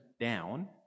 down